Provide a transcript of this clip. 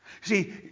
See